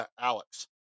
Alex